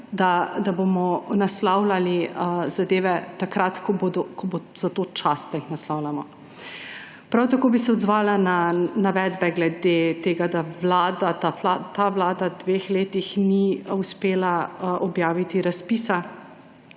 da bomo naslavljali zadeve takrat, ko bo za to čas, da jih naslavljamo. Prav tako bi se odzvala na navedbe glede tega, da ta vlada v teh dveh letih ni uspela objaviti razpisa